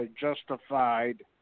justified